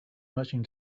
merchant